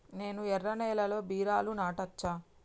నేను ఎర్ర నేలలో బీరలు నాటచ్చా?